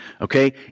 Okay